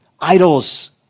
Idols